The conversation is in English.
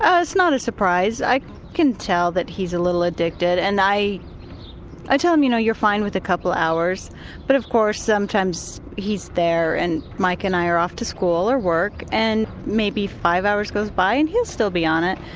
ah it's not a surprise. i can tell that he's a little addicted and i i tell him you know you're fine with a couple of hours but of course sometimes he's there and mica and i are off to school or work and maybe five hours goes by and he'll still be on it.